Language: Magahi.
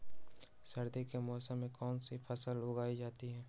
सर्दी के मौसम में कौन सी फसल उगाई जाती है?